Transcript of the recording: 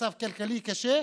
מצב כלכלי קשה,